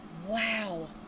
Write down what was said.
Wow